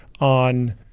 on